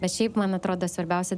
bet šiaip man atrodo svarbiausia